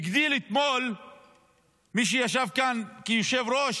אתמול מי שישב כאן כיושב-ראש